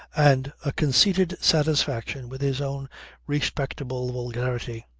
and a conceited satisfaction with his own respectable vulgarity.